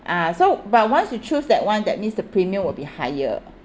ah so but once you choose that [one] that means the premium will be higher